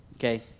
Okay